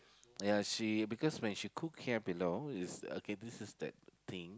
ya she because when she cook here below is a okay this is that thing